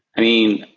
i mean,